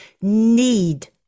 need